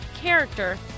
character